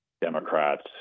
Democrats